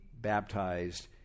Baptized